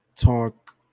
talk